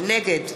נגד